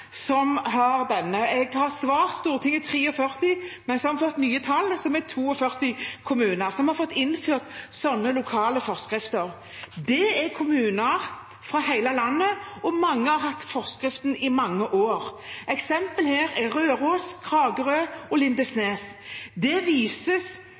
som har innført slike lokale forskrifter. Det er kommuner fra hele landet, og mange har hatt forskrift i mange år. Eksempler her er Røros, Kragerø og Lindesnes. Det viser at mange kommuner mener at det er behov for dette virkemidlet, og